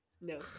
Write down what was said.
No